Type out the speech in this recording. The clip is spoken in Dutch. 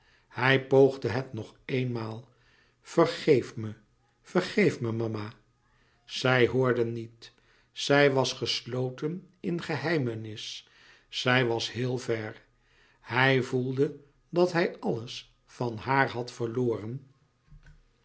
hij poogde het nog eenmaal vergeef me vergeef me mama zij hoorde niet zij was gesloten in geheimenis zij was heel ver hij voelde dat hij alles van haar had verlouis